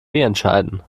entscheiden